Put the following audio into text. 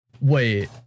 Wait